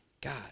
God